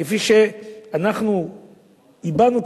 כפי שאנחנו הבענו,